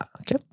Okay